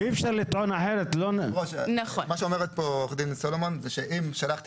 אומרת כאן עורכת הדין סלומון זה שאם שלחתי